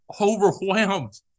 overwhelmed